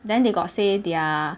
then they got say their